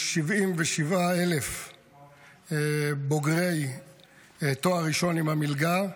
יש 77,000 בוגרי תואר ראשון עם המלגה,